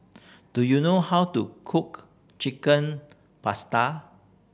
do you know how to cook Chicken Pasta